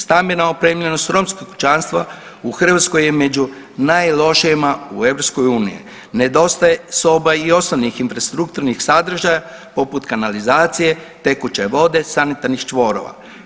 Stambena opremljenost romskih kućanstva u Hrvatskoj je među najlošijima u EU, nedostaje soba i ostalih infrastrukturnih sadržaja poput kanalizacije, tekuće vode, sanitarnih čvorova.